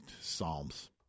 Psalms